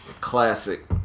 Classic